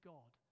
God